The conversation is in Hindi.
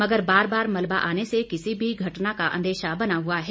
मगर बार बार मलबा आने से किसी भी घटना का अंदेशा बना हुआ है